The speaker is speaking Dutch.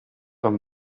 een